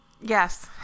Yes